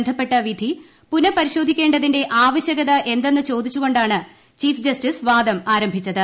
ബന്ധപ്പെട്ട വിധി പുനപരിശോധിക്ക്യ്ണ്ടതിന്റെ ആവശ്യകത എന്തെന്ന് ചോദിച്ചുകൊണ്ടാണ് ചീഫ് ജസ്റ്റിസ് വാദം ആരംഭിച്ചത്